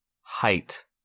height